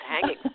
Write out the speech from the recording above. hanging